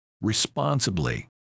responsibly